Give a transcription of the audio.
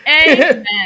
Amen